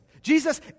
Jesus